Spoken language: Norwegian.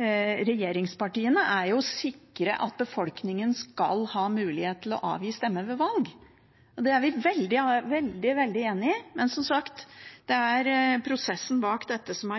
regjeringspartiene, nemlig å sikre at befolkningen skal ha mulighet til å avgi stemme ved valg. Det er vi veldig enig i. Men som sagt: Det er prosessen bak dette som